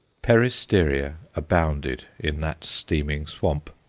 peristeria abounded in that steaming swamp,